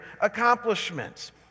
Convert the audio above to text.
accomplishments